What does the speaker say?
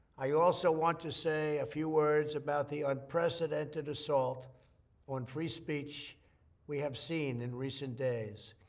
i also want to say a few words about the unprecedented assault on free speech we have seen in recent days.